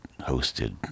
hosted